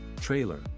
trailer